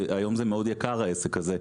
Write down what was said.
שהיום זה מאוד יקר העסק הזה.